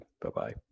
bye-bye